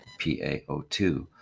PaO2